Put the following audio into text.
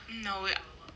no